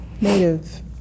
native